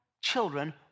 children